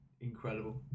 incredible